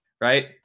right